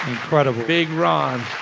incredible big ron